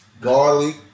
garlic